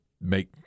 make